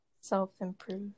self-improve